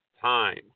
time